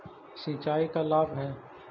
सिंचाई का लाभ है?